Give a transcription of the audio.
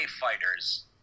fighters